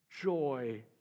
joy